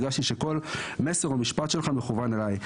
הרגשתי שכל מסר במשפט שלך מכוון אליי.